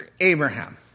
Abraham